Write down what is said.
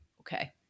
okay